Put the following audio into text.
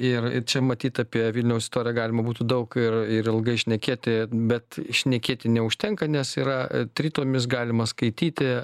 ir čia matyt apie vilniaus istoriją galima būtų daug ir ir ilgai šnekėti bet šnekėti neužtenka nes yra tritomis galima skaityti